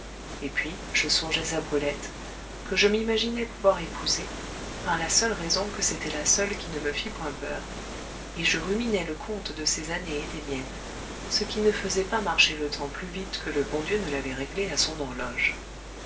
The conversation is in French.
et puis je songeais à brulette que je m'imaginais pouvoir épouser par la seule raison que c'était la seule qui ne me fît point peur et je ruminais le compte de ses années et des miennes ce qui ne faisait pas marcher le temps plus vite que le bon dieu ne l'avait réglé à son horloge